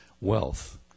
wealth